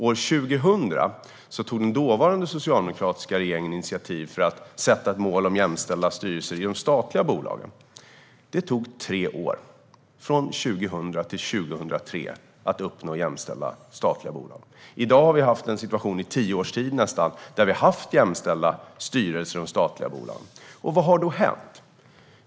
År 2000 tog den dåvarande socialdemokratiska regeringen initiativ till att sätta upp ett mål om jämställda styrelser i de statliga bolagen. Det tog tre år, från 2000 till 2003, att uppnå jämställda statliga bolag. I dag har vi haft en situation i nästan tio års tid med jämställda styrelser i de statliga bolagen. Vad har då hänt?